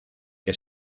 que